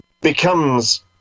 becomes